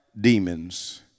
demons